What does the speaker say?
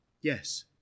Yes